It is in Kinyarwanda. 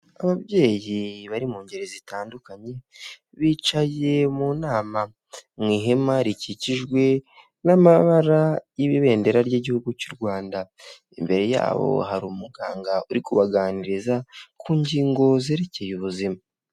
Ababyeyi bari mu ngeri zitandukanye bicaye mu nama, mu ihema rikikijwe n'amabara y'ibendera ry'igihugu cy'u Rwanda imbere yabo hari umuganga uri kubaganiriza ku ngingo zerekeye ubuzima.